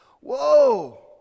Whoa